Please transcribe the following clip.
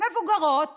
מבוגרות